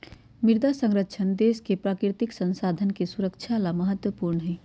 मृदा संरक्षण देश के प्राकृतिक संसाधन के सुरक्षा ला महत्वपूर्ण हई